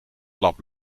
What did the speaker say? lab